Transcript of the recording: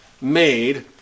made